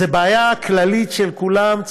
זו בעיה כללית, של כולם.